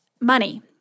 money